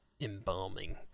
embalming